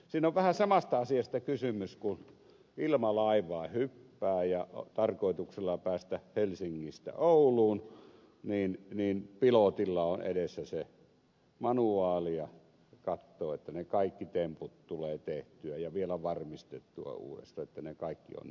siinä on vähän samasta asiasta kysymys kun ilmalaivaan hyppää tarkoituksella päästä helsingistä ouluun niin pilotilla on edessä se manuaali ja hän katsoo että ne kaikki temput tulee tehtyä ja vielä varmistettua uudestaan että ne kaikki on kohdallansa